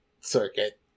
Circuit